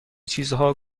چیزها